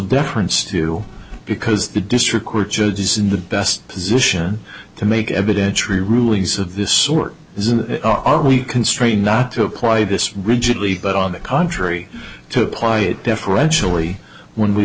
deference to because the district court judges in the best position to make evidentiary rulings of this sort are we constrained not to apply this rigidly but on the contrary to apply it deferentially when we